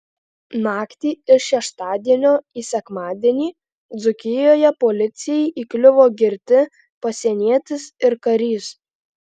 naktį iš šeštadienio į sekmadienį dzūkijoje policijai įkliuvo girti pasienietis ir karys